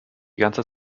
ganze